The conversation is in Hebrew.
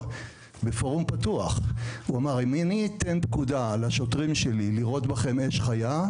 בפורום פתוח: אם אני אתן פקודה לשוטרים שלי לירות בכם אש חיה,